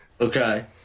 Okay